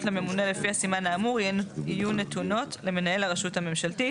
לממונה לפי הסימן האמור יהיו נתונות למנהל הרשות הממשלתית,